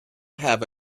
have